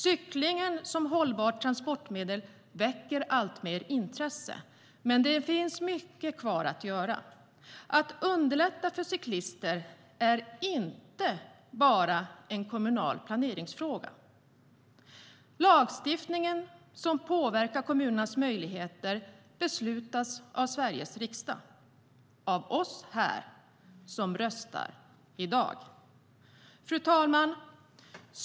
Cyklingen som hållbart transportmedel väcker alltmer intresse, men det finns mycket kvar att göra. Att underlätta för cyklister är inte bara en kommunal planeringsfråga. Lagstiftningen som påverkar kommunernas möjligheter beslutas av Sveriges riksdag, av oss här som röstar i dag. Fru talman!